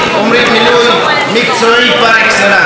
מינוי מקצועי פר אקסלנס.